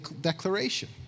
declaration